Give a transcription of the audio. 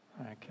Okay